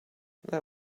that